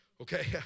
okay